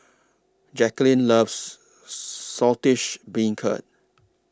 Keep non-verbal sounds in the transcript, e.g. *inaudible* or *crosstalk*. Jacquline loves *noise* Saltish Beancurd